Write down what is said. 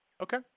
Okay